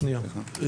תודה.